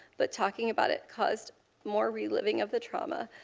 but talking about it cause more reliving of the trauma.